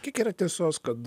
kiek yra tiesos kad